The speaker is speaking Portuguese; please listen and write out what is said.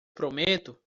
prometo